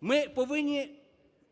Ми повинні